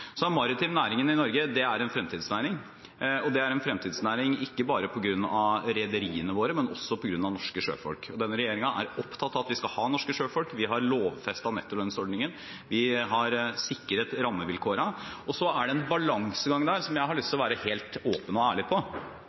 næringen i Norge er en fremtidsnæring. Det er en fremtidsnæring ikke bare på grunn av rederiene våre, men også på grunn av norske sjøfolk. Denne regjeringen er opptatt av at vi skal ha norske sjøfolk, vi har lovfestet nettolønnsordningen, vi har sikret rammevilkårene. Og så er det en balansegang der som jeg har lyst til å være helt åpen og ærlig om. På